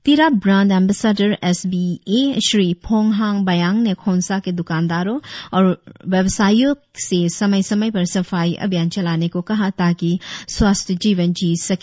Tirap brand ambassador S B A Shri Ponghong Bayang ने खोंसा के दुकानदारों और व्यावसियों से समय समय पर सफाई अभियान चलाने को कहा ताकि स्वास्थ्य जीवन जो सके